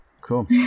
Cool